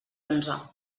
onze